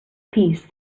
peace